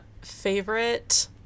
Favorite